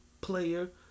player